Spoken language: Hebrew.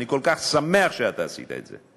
אני כל כך שמח שאתה עשית את זה.